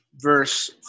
verse